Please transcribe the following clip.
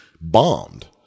bombed